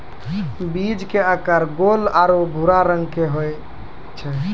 बीज के आकार गोल आरो भूरा रंग के होय छै